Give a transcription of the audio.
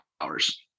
hours